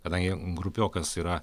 kadangi grupiokas yra